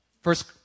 First